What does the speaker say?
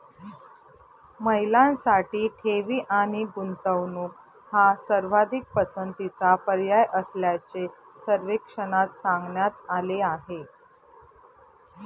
महिलांसाठी ठेवी आणि गुंतवणूक हा सर्वाधिक पसंतीचा पर्याय असल्याचे सर्वेक्षणात सांगण्यात आले आहे